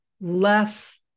less